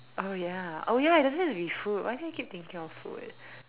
oh ya oh ya it doesn't have to be food why do I keep thinking of food